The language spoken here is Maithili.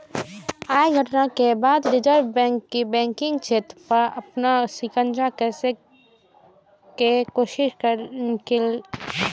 अय घटना के बाद रिजर्व बैंक बैंकिंग क्षेत्र पर अपन शिकंजा कसै के कोशिश केलकै